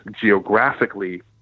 geographically